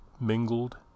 mingled